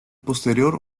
posterior